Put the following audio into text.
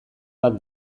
bat